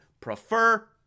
prefer